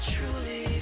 Truly